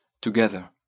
together